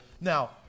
Now